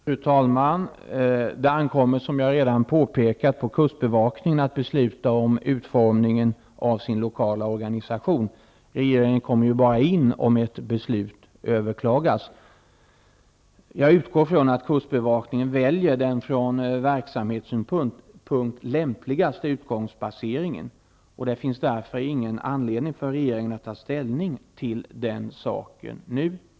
Fru talman! Som jag redan har påpekat ankommer det på kustbevakningen att besluta om utformningen av den lokala organisationen. Regeringen kopplas in endast om ett beslut överklagas. Jag utgår från att kustbevakningen väljer den från verksamhetssynpunkt lämpligaste utgångsbaseringen. Det finns därför ingen anledning för regeringen att ta ställning till den saken nu.